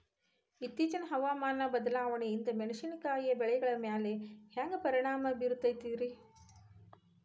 ಇತ್ತೇಚಿನ ಹವಾಮಾನ ಬದಲಾವಣೆಯಿಂದ ಮೆಣಸಿನಕಾಯಿಯ ಬೆಳೆಗಳ ಮ್ಯಾಲೆ ಹ್ಯಾಂಗ ಪರಿಣಾಮ ಬೇರುತ್ತೈತರೇ?